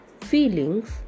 feelings